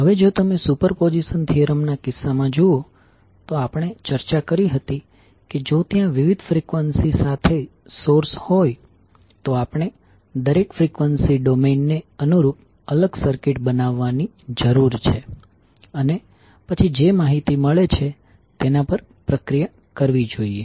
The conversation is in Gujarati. હવે જો તમે સુપરપોઝિશન થીયરમ ના કિસ્સામાં જુઓ તો આપણે ચર્ચા કરી હતી કે જો ત્યાં વિવિધ ફ્રીક્વન્સી સાથે સોર્સ હોય તો આપણે દરેક ફ્રીક્વન્સી ડોમેઈન ને અનુરૂપ અલગ સર્કિટ બનાવવાની જરૂર છે અને પછી જે માહિતી મળે છે તેના પર પ્રક્રિયા કરવી જોઈએ